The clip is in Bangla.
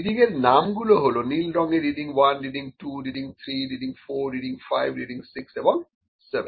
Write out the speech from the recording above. রিডিং এর নাম গুলো হলো নীল রঙে reading 1 reading 2 reading 3 reading 4 reading 5 reading 6 এবং 7